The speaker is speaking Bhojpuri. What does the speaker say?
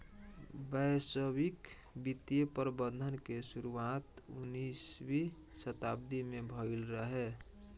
वैश्विक वित्तीय प्रबंधन के शुरुआत उन्नीसवीं शताब्दी में भईल रहे